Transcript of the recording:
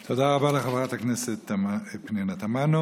תודה רבה לחברת הכנסת פנינה תמנו.